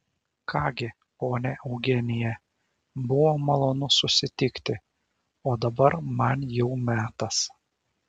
ką gi ponia eugenija buvo malonu susitikti o dabar man jau metas